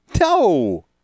No